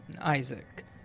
Isaac